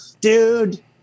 Dude